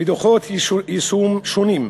ודוחות יישום שונים.